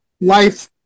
life